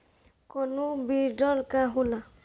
कोनो बिडर का होला?